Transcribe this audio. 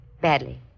Badly